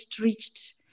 reached